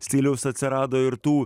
stiliaus atsirado ir tų